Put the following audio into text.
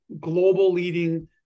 global-leading